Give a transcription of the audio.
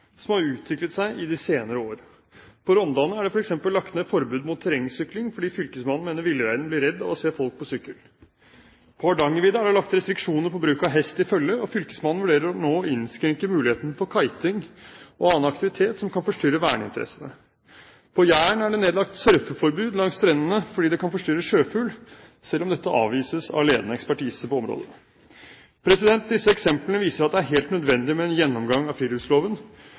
som har utviklet seg i de senere år. I Rondane er det f.eks. lagt ned forbud mot terrengsykling fordi fylkesmannen mener villreinen blir redd av å se folk på sykkel. På Hardangervidda er det lagt restriksjoner på bruk av hest i følge, og fylkesmannen vurderer nå å innskrenke mulighetene for kiting og annen aktivitet som kan forstyrre verneinteressene. På Jæren er det nedlagt surfeforbud langs strendene fordi det kan forstyrre sjøfugl, selv om dette avvises av ledende ekspertise på området. Disse eksemplene viser at det er helt nødvendig med en gjennomgang av friluftsloven